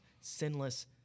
sinless